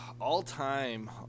All-time